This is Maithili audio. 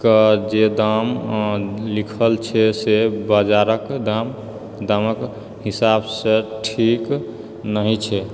कऽ जे दाम लिखल छै से बाजारके दामके हिसाबसँ ठीक नहि छै